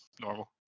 normal